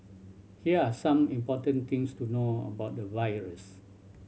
here are some important things to know about the virus